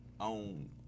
own